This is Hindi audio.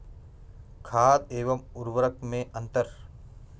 खाद एवं उर्वरक में अंतर?